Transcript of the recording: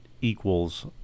equals